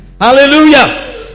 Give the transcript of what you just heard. Hallelujah